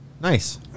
Nice